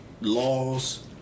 laws